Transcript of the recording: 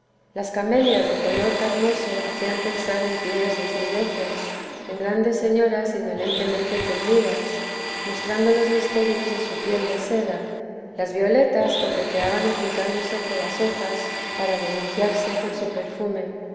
las camelias de color carnoso hacían pensar en tibias desnudeces en grandes señoras indolentemente tendidas mostrando los misterios de su piel de seda las violetas coqueteaban ocultándose entre las hojas para denunciarse con su perfume